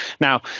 Now